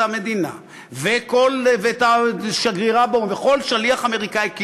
המדינה ואת השגרירה באו"ם וכל שליח אמריקני,